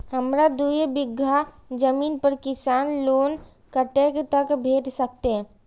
हमरा दूय बीगहा जमीन पर किसान लोन कतेक तक भेट सकतै?